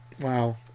Wow